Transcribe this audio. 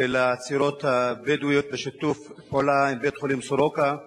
לצעירות הבדואיות בשיתוף פעולה עם בית-החולים "סורוקה"